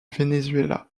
venezuela